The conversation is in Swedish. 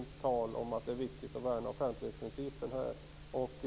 Det är inte tal om att det är viktigt att värna offentlighetsprincipen.